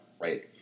right